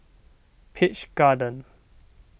Peach Garden